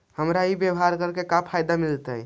हमरा ई व्यापार करके का फायदा मिलतइ?